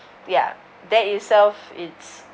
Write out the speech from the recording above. ya that itself it's